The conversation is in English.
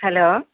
hello